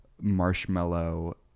marshmallow